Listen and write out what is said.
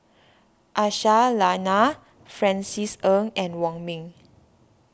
Aisyah Lyana Francis Ng and Wong Ming